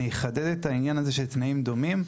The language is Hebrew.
אני אחדד את העניין הזה של "תנאים דומים".